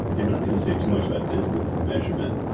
i'm not gonna say too much about distance measurement.